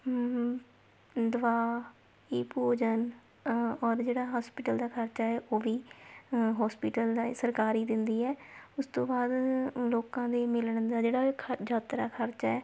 ਦਵਾਈ ਭੋਜਨ ਔਰ ਜਿਹੜਾ ਹੋਸਪਿਟਲ ਦਾ ਖਰਚਾ ਏ ਉਹ ਵੀ ਹੋਸਪਿਟਲ ਦਾ ਸਰਕਾਰ ਹੀ ਦਿੰਦੀ ਹੈ ਉਸ ਤੋਂ ਬਾਅਦ ਲੋਕਾਂ ਦੇ ਮਿਲਣ ਦਾ ਜਿਹੜਾ ਯਾਤਰਾ ਖਰਚਾ